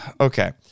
okay